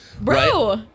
Bro